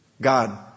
God